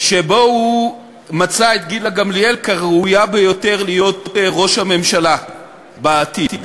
שבו הוא מצא את גילה גמליאל כַּראויה ביותר להיות ראש הממשלה בעתיד.